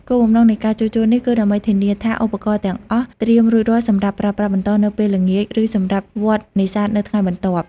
គោលបំណងនៃការជួសជុលនេះគឺដើម្បីធានាថាឧបករណ៍ទាំងអស់ត្រៀមរួចរាល់សម្រាប់ប្រើប្រាស់បន្តនៅពេលល្ងាច ឬសម្រាប់វដ្ដនេសាទនៅថ្ងៃបន្ទាប់។